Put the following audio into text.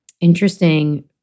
interesting